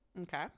Okay